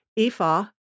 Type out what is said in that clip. Ephah